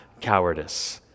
cowardice